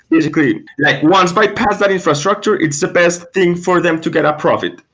basically like once bypassed that infrastructure, it's the best thing for them to get a profit.